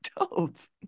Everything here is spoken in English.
adults